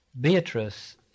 Beatrice